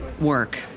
work